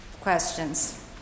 questions